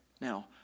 Now